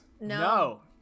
No